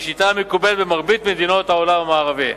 היא שיטה המקובלת במרבית מדינות העולם המערבי.